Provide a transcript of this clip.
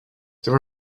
there